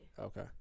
Okay